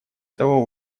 этого